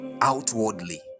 outwardly